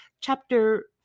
Chapter